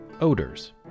odors